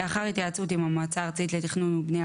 לאחר התייעצות עם המועצה הארצית לתכנון ובנייה